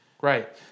Right